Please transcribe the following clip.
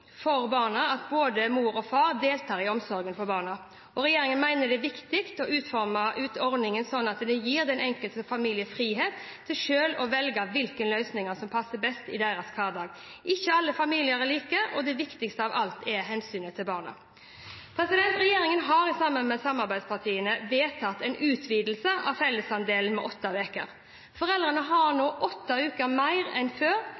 for barna at både mor og far deltar i omsorgen for barna, og regjeringen mener det er viktig å utforme ordningen slik at den gir den enkelte familie frihet til selv å velge hvilken løsning som passer best i deres hverdag. Ikke alle familier er like, og det viktigste av alt er hensynet til barna. Regjeringen har sammen med samarbeidspartiene vedtatt en utvidelse av fellesandelen med åtte uker. Foreldrene har nå åtte uker mer enn før